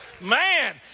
Man